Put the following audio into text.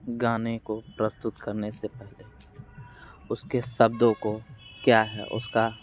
गाने को प्रस्तुत करने से पहले उसके शब्दों को क्या है उसका